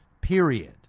period